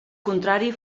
contrari